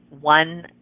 one